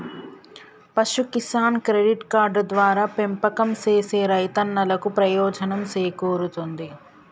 పశు Kisan credit card ద్వారా పెంపకం సేసే రైతన్నలకు ప్రయోజనం సేకూరుతుంది